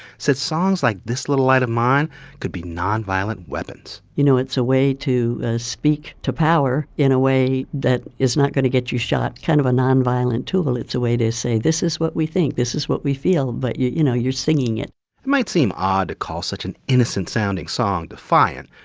said songs like this little light of mine could be nonviolent weapons you know, it's a way to speak to power in a way that is not going to get you shot, kind of a nonviolent tool. it's a way to say, this is what we think, this is what we feel, but, you you know, you're singing it it might seem odd to call such an innocent-sounding song defiant,